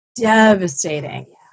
devastating